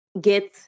get